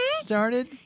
started